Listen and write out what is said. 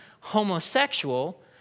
homosexual